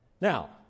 Now